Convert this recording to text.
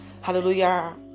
hallelujah